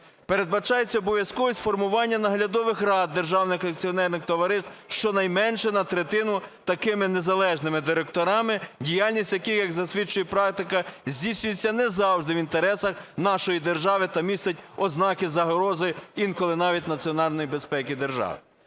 Передбачається обов'язковість формування наглядових рад державних акціонерних товариств щонайменше на третину такими незалежними директорами, діяльність яких, як засвідчує практика, здійснюється не завжди в інтересах нашої держави та містить ознаки загрози, інколи навіть національній безпеці держави.